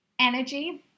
energy